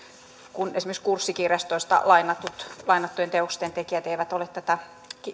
kun esimerkiksi kurssikirjastoista lainattujen lainattujen teosten tekijät eivät ole tätä